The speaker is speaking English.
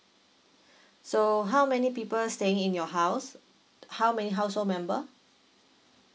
so how many people staying in your house how many household member